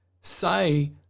say